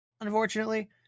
unfortunately